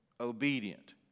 Obedient